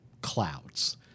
clouds